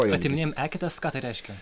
atiminėjam eketes ką tai reiškia